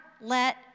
let